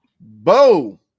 Bo